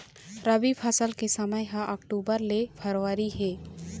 रबी फसल के समय ह अक्टूबर ले फरवरी हे